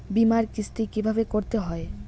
বিমার কিস্তি কিভাবে করতে হয়?